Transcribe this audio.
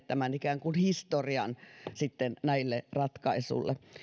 tämän ikään kuin historian näille ratkaisuille olemme kirjanneet